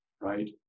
Right